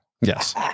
Yes